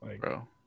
Bro